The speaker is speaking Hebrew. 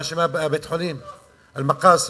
"אל-מקאסד".